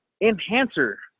enhancer